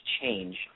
change